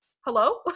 hello